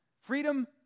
Freedom